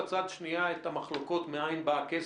שמו בצד שנייה את המחלוקות מאין בא הכסף.